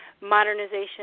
modernization